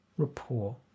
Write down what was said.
Rapport